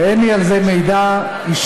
ואין לי על זה מידע אישי,